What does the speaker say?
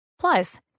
Plus